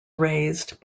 raised